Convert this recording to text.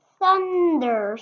Thunder